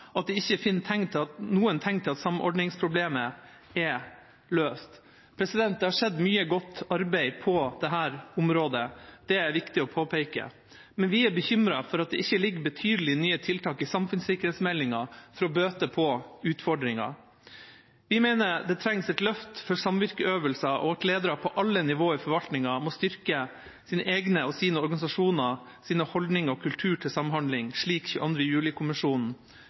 at de ikke finner noen tegn til at samordningsproblemet er løst. Det har skjedd mye godt arbeid på dette området, det er viktig å påpeke, men vi er bekymret for at det ikke ligger betydelige nye tiltak i samfunnssikkerhetsmeldinga for å bøte på utfordringen. Vi mener det trengs et løft for samvirkeøvelser, og at ledere på alle nivå i forvaltningen må styrke sine egne og sine organisasjoners kultur og holdninger til samhandling, slik